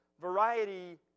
variety